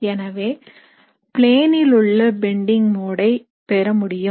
எனவே பிளேனில் உள்ள பெண்டிங் மோட் ஐ பெற முடியும்